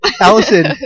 Allison